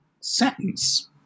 sentence